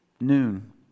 noon